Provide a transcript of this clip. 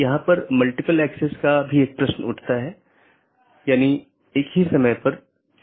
इसका मतलब है यह चीजों को इस तरह से संशोधित करता है जो कि इसके नीतियों के दायरे में है